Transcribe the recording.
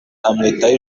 amwitaho